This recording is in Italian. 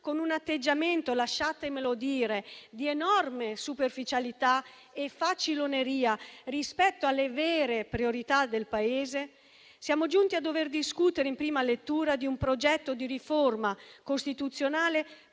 con un atteggiamento - lasciatemelo dire - di enorme superficialità e faciloneria rispetto alle vere priorità del Paese, siamo giunti a dover discutere in prima lettura di un progetto di riforma costituzionale